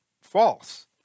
false